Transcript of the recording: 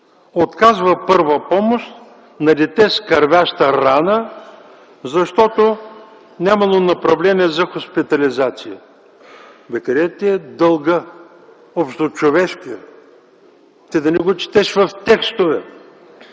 отказва първа помощ на дете с кървяща рана, защото нямало направление за хоспитализация. Къде ти е дългът, общочовешкият? Да не го четеш в текстове?